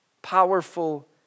Powerful